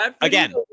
again